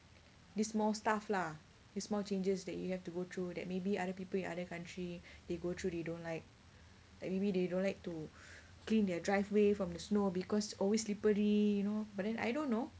this small staff lah these small changes that you have to go through that maybe other people in other country they go through they don't like like maybe they don't like to clean their driveway from the snow because always slippery you know but then I don't know